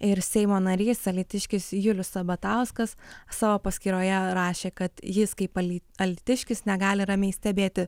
ir seimo narys alytiškis julius sabatauskas savo paskyroje rašė kad jis kaip aly alytiškis negali ramiai stebėti